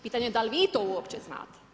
Pitanje da li vi to uopće znate?